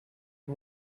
and